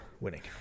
winning